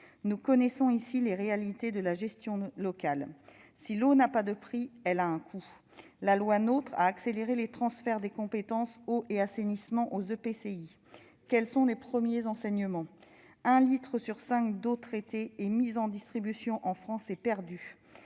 Nous connaissons ici les réalités de la gestion locale. Si l'eau n'a pas de prix, elle a un coût ... La loi NOTRe a accéléré les transferts des compétences « eau » et « assainissement » aux EPCI. Quels en sont les premiers enseignements ? Un litre sur cinq d'eau traitée et mise en distribution en France est perdu.